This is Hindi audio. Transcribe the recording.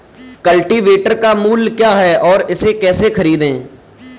कल्टीवेटर का मूल्य क्या है और इसे कैसे खरीदें?